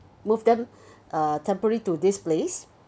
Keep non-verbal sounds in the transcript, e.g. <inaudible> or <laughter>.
move them <breath> uh temporary to this place